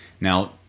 Now